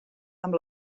amb